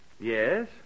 Yes